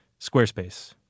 Squarespace